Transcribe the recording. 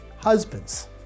Husbands